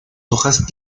hojas